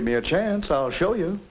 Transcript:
give me a chance i'll show you